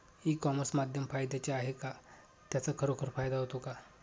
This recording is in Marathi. ई कॉमर्स माध्यम फायद्याचे आहे का? त्याचा खरोखर फायदा होतो का?